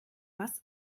was